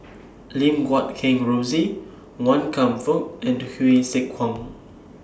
Lim Guat Kheng Rosie Wan Kam Fook and Hsu Tse Kwang